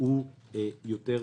הוא יותר קשה.